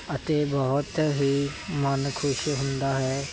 ਅਤੇ ਬਹੁਤ ਹੀ ਮਨ ਖੁਸ਼ ਹੁੰਦਾ ਹੈ